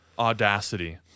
audacity